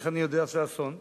ואיך אני יודע שהתרחש אסון?